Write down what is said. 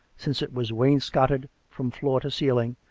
since it was wainscoted from floor to ceiling,